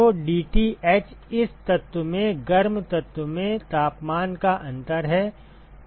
तो dTh इस तत्व में गर्म द्रव में तापमान का अंतर है